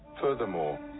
Furthermore